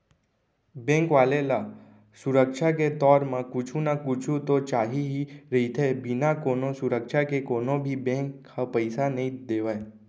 bank वाले ल सुरक्छा के तौर म कुछु न कुछु तो चाही ही रहिथे, बिना कोनो सुरक्छा के कोनो भी बेंक ह पइसा नइ देवय